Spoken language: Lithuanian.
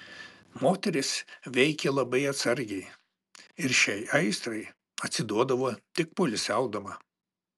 moteris veikė labai atsargiai ir šiai aistrai atsiduodavo tik poilsiaudama